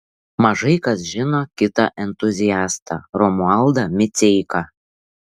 mažai kas žino kitą entuziastą romualdą miceiką